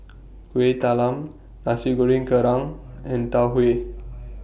Kueh Talam Nasi Goreng Kerang and Tau Huay